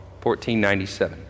1497